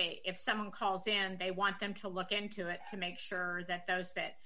they if someone calls in they want them to look into it to make sure that those that